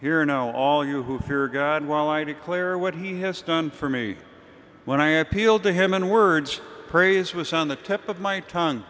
here know all you who fear god while i declare what he has done for me when i appealed to him in words praise was on the tip of my tongue